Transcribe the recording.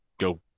go